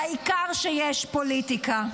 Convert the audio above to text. והעיקר שיש פוליטיקה.